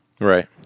Right